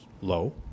low